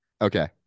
Okay